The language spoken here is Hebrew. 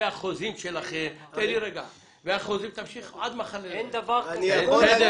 והחוזים שלכם --- אין דבר כזה.